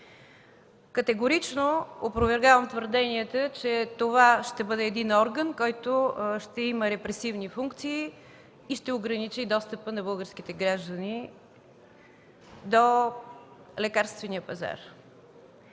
Категорично опровергавам твърденията, че това ще бъде един орган, който ще има репресивни функции и ще ограничи достъпа на българските граждани до лекарствения пазар.